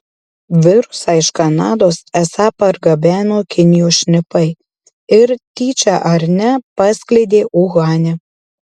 virusą iš kanados esą pargabeno kinijos šnipai ir tyčia ar ne paskleidė uhane